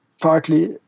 Partly